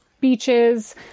beaches